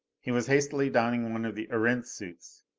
he was hastily donning one of the erentz suits.